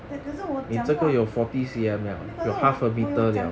可是我讲话可是我我有讲